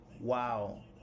Wow